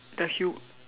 the hu~